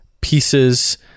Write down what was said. pieces